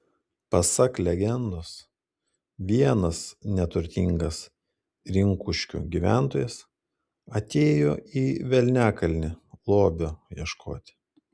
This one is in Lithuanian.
pasak legendos vienas neturtingas rinkuškių gyventojas atėjo į velniakalnį lobio ieškoti